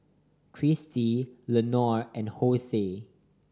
Christi Leonor and Hosie